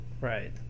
Right